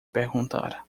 perguntar